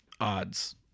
Odds